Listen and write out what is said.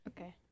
okay